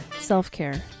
self-care